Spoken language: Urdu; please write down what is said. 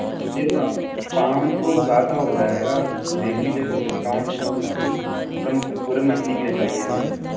جی ہم آپ پانچ سو زیادہ ہو جائے گا دیکھ لیجیے کچھ ڈسکاؤنٹ میں کم پورے مہینے کے لیے چاہیے ہمیں